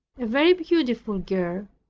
a very beautiful girl,